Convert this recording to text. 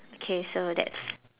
okay so that's